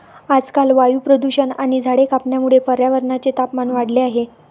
आजकाल वायू प्रदूषण आणि झाडे कापण्यामुळे पर्यावरणाचे तापमान वाढले आहे